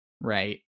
right